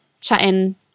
chatting